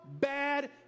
bad